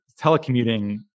telecommuting